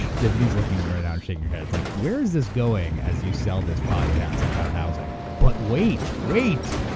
ah tiffany's looking at me right now and shaking her head. it's like where is this going as you sell this podcast about housing? but, wait, wait,